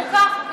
חוקה.